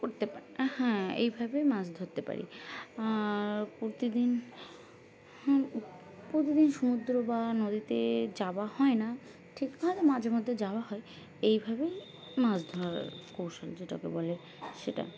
করতে হ্যাঁ এইভাবেই মাছ ধরতে পারি আর প্রতিদিন প্রতিদিন সমুদ্র বা নদীতে যাওয়া হয় না ঠিক মাঝে মধ্যে যাওয়া হয় এইভাবেই মাছ ধরার কৌশল যেটাকে বলে সেটা